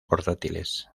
portátiles